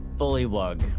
Bullywug